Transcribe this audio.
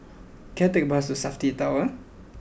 can I take a bus to Safti Tower